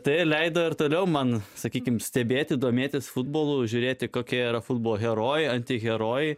tai leido ir toliau man sakykime stebėti domėtis futbolu žiūrėti kokia yra futbolo herojai antiherojai